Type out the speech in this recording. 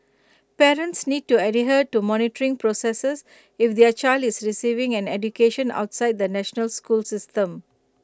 parents need to adhere to monitoring processes if their child is receiving an education outside the national school system